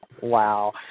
Wow